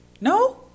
No